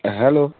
hello